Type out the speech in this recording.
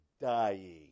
dying